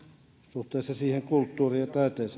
suhteessa siihen kulttuuriin ja